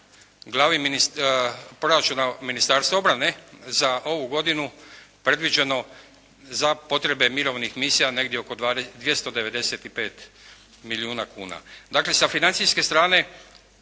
glavi proračuna Ministarstva obrane za ovu godinu predviđeno za potrebe mirovnih misija negdje oko 295 milijuna kuna. Dakle, sa financijske strane,